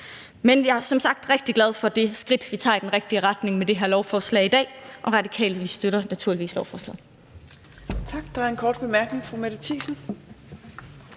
Men jeg er som sagt rigtig glad for det skridt, vi tager i den rigtige retning med det her lovforslag i dag, og Radikale støtter naturligvis lovforslaget.